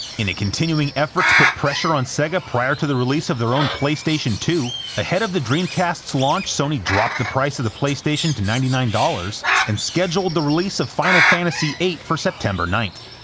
in a continuing effort to put pressure on sega prior to the release of their own playstation two, ahead of the dreamcast's launch sony dropped the price of the playstation to ninety nine dollars, and scheduled the release of final fantasy viii for september ninth.